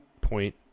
point